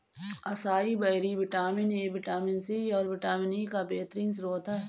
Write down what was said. acai berry vitamin A, vitamin C, और vitamin E का बेहतरीन स्त्रोत है